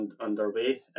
underway